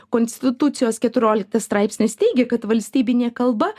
konstitucijos keturioliktas straipsnis teigia kad valstybinė kalba